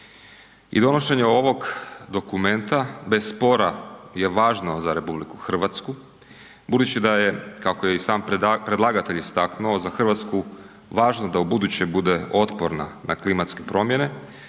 I donošenje ovog dokumenta bez spora je važno za RH budući da je, kako je i sam predlagatelj istaknuo, za RH važno da ubuduće bude otporna na klimatske promjene